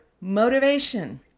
motivation